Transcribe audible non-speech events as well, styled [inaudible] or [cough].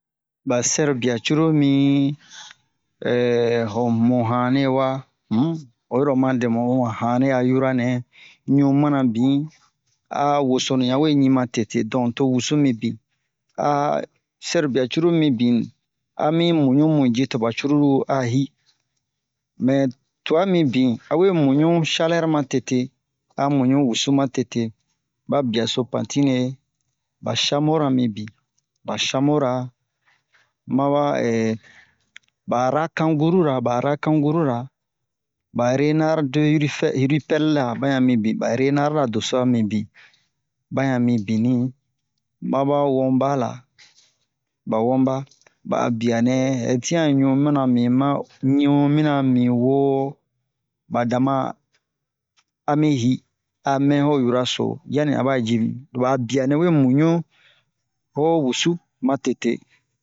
ba sɛrobia cruru mi [hesitation] ho mu yane wa um oyi ro oma dɛmu ho mu hane a hura nɛ ɲu mana bin a wosonu yan we ɲi ma tete don to wusu mibin [hesitation] sɛrobia cruru mibin ami muɲu mu ji to ba cruru a hi mɛ tu'a mibin a we muɲu shalɛr ma tete a muɲu wusu ma tete ba biaso pantine ba shamora mibin ba shamora ma ba [hesitation] ba rakangururaba ba rakangurura ba renar de risɛ ripɛl ra ba yan mibin ba renar ra doso'a mibin ba yan mibini maba wonbala ba wonba ba'a bianɛ ɛ tian ɲu mana mi ma ɲi'u mina mi wo ba dama ami yi a mɛn ho yuraso yani aba ji lo ba'a bianɛ we muɲu ho wusu ma tete